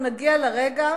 נגיע לרגע